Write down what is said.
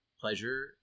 pleasure